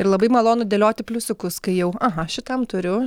ir labai malonu dėlioti pliusiukus kai jau aha šitam turiu